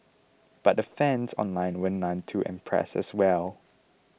but the fans online were none too impressed as well